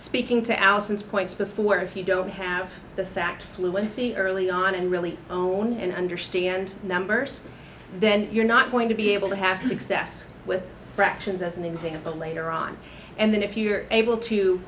speaking to alison's points before if you don't have the fact one c early on and really own and understand numbers then you're not going to be able to have success with fractions as an example later on and then if you're able to